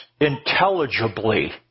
intelligibly